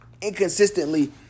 inconsistently